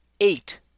eight